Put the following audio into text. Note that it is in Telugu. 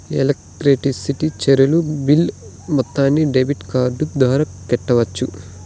ఎలక్ట్రిసిటీ చార్జీలు బిల్ మొత్తాన్ని డెబిట్ కార్డు ద్వారా కట్టొచ్చా?